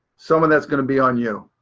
some of that's going to be on you.